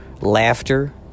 Laughter